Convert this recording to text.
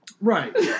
right